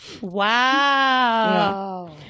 Wow